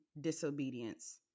disobedience